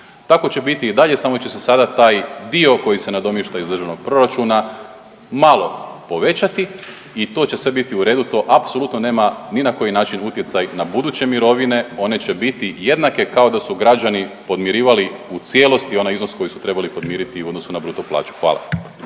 Tako će biti i dalje samo će se sada taj dio koji se namješta iz državnog proračuna malo povećati i to će sve biti u redu, to apsolutno nema ni na koji način utjecaj na buduće mirovine, one će biti jednake kao da su građani podmirivali u cijelosti onaj iznos koji su trebali podmiriti u odnosu na bruto plaću. Hvala.